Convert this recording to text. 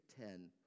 ten